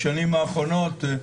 בשנים האחרונות,